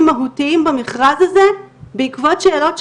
מהותיים במכרז הזה בעקבות שאלות שקיבלנו.